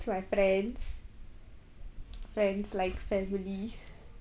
my friends friends like family